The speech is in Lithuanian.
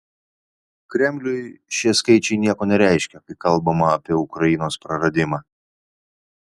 kremliui šie skaičiai nieko nereiškia kai kalbama apie ukrainos praradimą